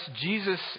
Jesus